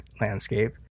landscape